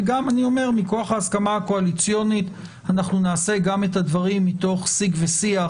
וגם מכוח ההסכמה הקואליציונית נעשה את הדברים גם מתוך שיג ושיח